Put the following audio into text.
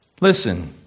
Listen